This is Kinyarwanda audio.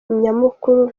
nyamukuru